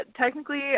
technically